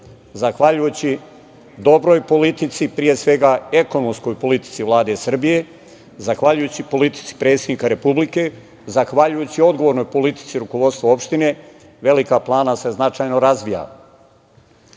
opštine. Zahvaljujući dobroj politici, pre svega ekonomskoj politici Vlade Srbije, zahvaljujući politici predsednika republike, zahvaljujući odgovornoj politici rukovodstva opštine, Velika Plana se značajno